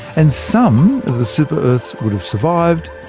and some of the super-earths would have survived,